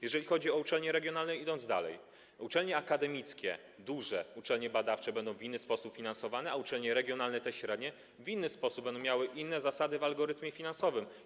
Jeżeli chodzi o uczelnie regionalne, idąc dalej, duże uczelnie akademickie, uczelnie badawcze, to będą one w inny sposób finansowane, a uczelnie regionalne, te średnie, w inny sposób, będą miały inne zasady w algorytmie finansowym.